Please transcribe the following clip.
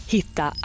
Hitta